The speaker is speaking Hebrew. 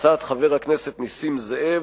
הצעת חבר הכנסת נסים זאב,